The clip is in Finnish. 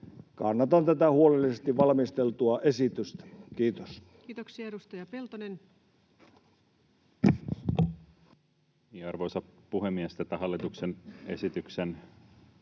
Kannatan tätä huolellisesti valmisteltua esitystä. — Kiitos. Kiitoksia. — Edustaja Peltonen. Arvoisa puhemies! Tätä hallituksen esityksen